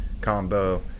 combo